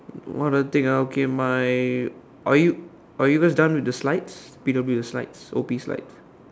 what other thing ah okay my are you are you guys done with the slides P_W the slides O_P slides